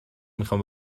میخام